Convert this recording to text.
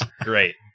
Great